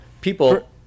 people